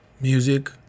music